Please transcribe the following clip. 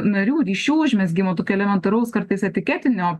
narių ryšių užmezgimo tokio elementaraus kartais etiketinio